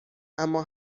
اما